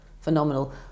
phenomenal